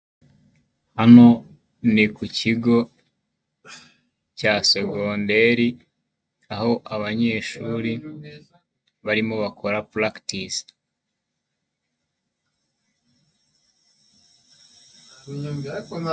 Hano ni ku kigo cya segonderi, aho abanyeshuri barimo bakora purakitise.